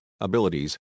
abilities